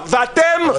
אבל מה זה קשור?